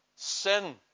Sin